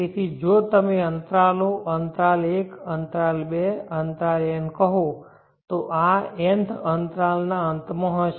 તેથી જો તમે આ અંતરાલો અંતરાલ એક અંતરાલ બે અંતરાલ n કહો તો આ nth અંતરાલના અંતમાં હશે